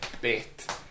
bit